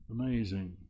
Amazing